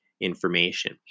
information